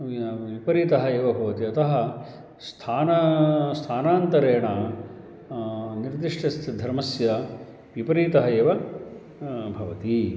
विपरीतः एव भवति अतः स्थानं स्थानान्तरेण निर्दिष्टस्य धर्मस्य विपरीतः एव भवति